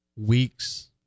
weeks